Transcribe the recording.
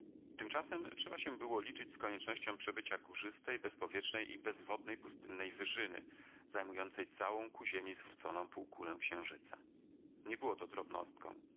tymczasem trzeba się było liczyć z koniecznością przebycia górzystej bezpowietrznej i bezwodnej pustynnej wyżyny zajmującej całą ku ziemi zwróconą półkulę księżyca nie było to drobnostką